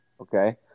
Okay